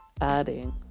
adding